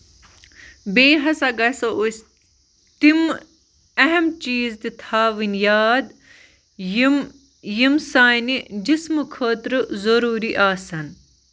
بیٚیہِ ہسا گژھو أسۍ تِم اہم چیٖز تہِ تھاوٕنۍ یاد یِم یِم سانہِ جِسمہٕ خٲطرٕ ضروٗری آسن